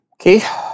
Okay